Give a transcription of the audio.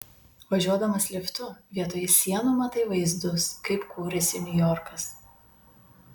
važiuodamas liftu vietoj sienų matai vaizdus kaip kūrėsi niujorkas